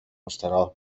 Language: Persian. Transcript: مستراح